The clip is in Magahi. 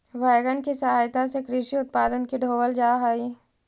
वैगन के सहायता से कृषि उत्पादन के ढोवल जा हई